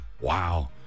Wow